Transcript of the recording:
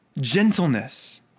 gentleness